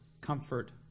Comfort